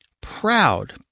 proud